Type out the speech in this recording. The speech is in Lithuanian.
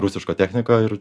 rusiška technika ir